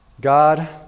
God